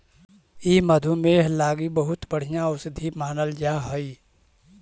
ई मधुमेह लागी बहुत बढ़ियाँ औषधि मानल जा हई